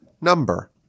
number